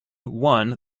won